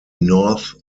north